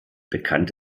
bekannt